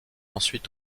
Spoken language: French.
ensuite